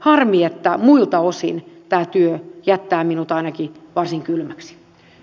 harmi että muilta osin tämä työ jättää minut ainakin varsin kylmäksi